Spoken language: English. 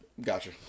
gotcha